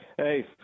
Hey